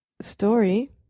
story